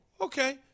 okay